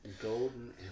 Golden